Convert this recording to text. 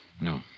No